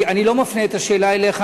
אני לא מפנה את השאלה אליך,